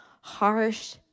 harsh